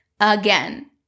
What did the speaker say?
again